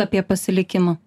apie pasilikimą